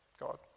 God